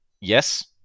yes